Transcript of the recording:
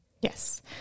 Yes